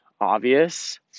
obvious